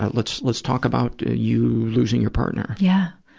ah let's, let's talk about you losing your partner. yeah.